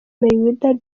mayweather